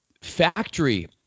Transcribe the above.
factory